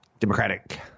Democratic